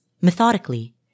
methodically